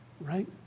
right